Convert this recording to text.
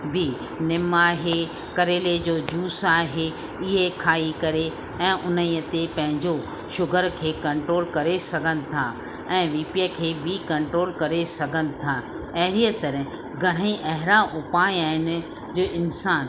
बि निम आहे करेले जो जूस आहे इहे खाई करे ऐं उन ई ते पंहिंजो शुगर खे कंट्रोल करे सघनि था ऐं बीपीअ खे बि कंट्रोल करे सघनि था ऐं अहिड़ीअ तरह घणेई अहिड़ा उपाय आहिनि जो इंसान